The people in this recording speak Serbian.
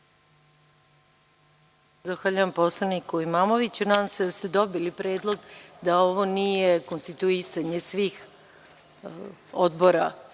Zahvaljujem poslaniku Imamoviću. Nadam se da ste dobili predlog da ovo nije konstituisanje svih odbora